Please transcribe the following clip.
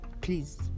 please